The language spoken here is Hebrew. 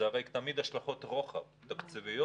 יש לזה הרי תמיד השלכות רוחב תקציביות,